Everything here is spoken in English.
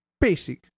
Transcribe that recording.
basic